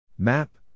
Map